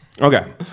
Okay